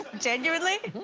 genuinely